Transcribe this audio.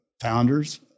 founders